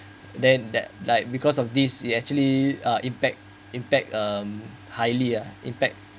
then that like because of this it actually uh impact impact um highly uh impact